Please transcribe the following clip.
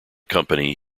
company